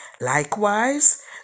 Likewise